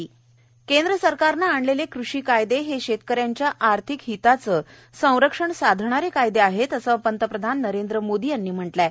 मन की बात केंद्र सरकारनं आणलेले कृषी कायदे हे शेतकऱ्यांच्या आर्धिक हिताचं संरक्षण साधणारे कायदे आहेत असं प्रधानमंत्री नरेंद्र मोदी यांनी म्हटलं आहे